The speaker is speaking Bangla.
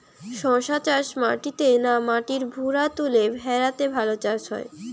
শশা চাষ মাটিতে না মাটির ভুরাতুলে ভেরাতে ভালো হয়?